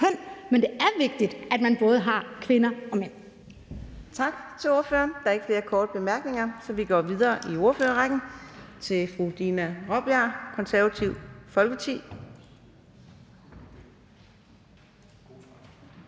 Men det er vigtigt, at man både har kvinder og mænd.